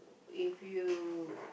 if you